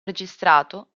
registrato